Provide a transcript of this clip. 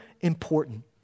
important